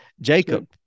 Jacob